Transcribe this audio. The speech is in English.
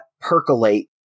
percolate